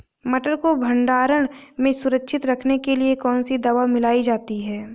मटर को भंडारण में सुरक्षित रखने के लिए कौन सी दवा मिलाई जाती है?